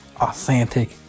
authentic